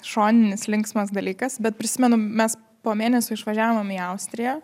šoninis linksmas dalykas bet prisimenu mes po mėnesio išvažiavom į austriją